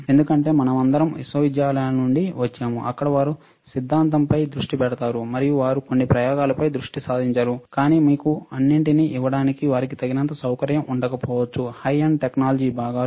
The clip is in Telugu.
ఎందుకంటే మనమందరం విశ్వవిద్యాలయాల నుండి వచ్చాము అక్కడ వారు సిద్ధాంతంపై దృష్టి పెడతారు మరియు వారు కొన్ని ప్రయోగాలపై దృష్టి సారించారు కానీ మీకు అన్నింటినీ ఇవ్వడానికి వారికి తగినంత సౌకర్యం ఉండకపోవచ్చు హై ఎండ్ టెక్నాలజీ భాగాలు